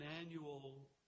annual